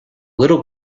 little